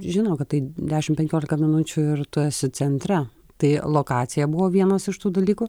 žino kad tai dešimt penkiolika minučių ir tu esi centre tai lokacija buvo vienas iš tų dalykų